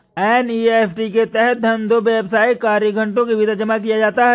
NEFT के तहत धन दो व्यावसायिक कार्य घंटों के भीतर जमा किया जाता है